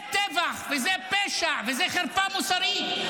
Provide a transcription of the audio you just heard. זה טבח וזה פשע וזאת חרפה מוסרית.